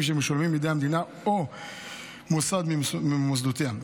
שמשולמים בידי המדינה או מוסד ממוסדותיה.